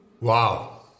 Wow